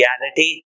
Reality